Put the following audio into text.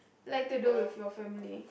like to do with your family